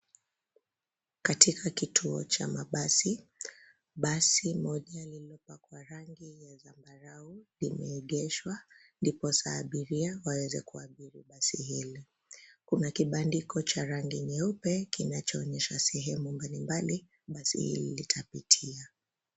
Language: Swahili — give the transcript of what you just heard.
Katika kituo cha mabasi, basi moja lililopakwa rangi ya zambarau limeegeshwa ndiposa abiria waweze kuabiri basi hili. Kuna kibandiko cha rangi nyeupe kinachoonyesha sehemu mbali mbali basi hili litapitia.